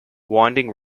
winding